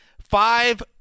five